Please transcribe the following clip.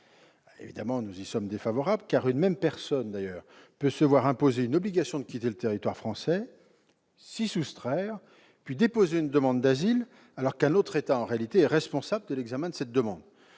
évidemment défavorables, car une même personne peut se voir imposer une obligation de quitter le territoire français, une OQTF, s'y soustraire puis déposer une demande d'asile, alors qu'un autre État est responsable de l'examen de cette demande.